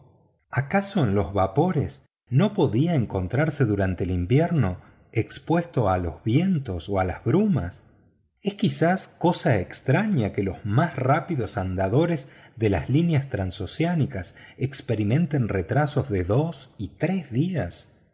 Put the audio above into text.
acaso en los vapores no podrían encontrarse durante el invierno expuesto a los vientos o a las brumas es quizá cosa extraña que los más rápidos andadores de las líneas transoceánicas experimenten retrasos de dos y tres días